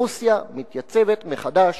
רוסיה מתייצבת מחדש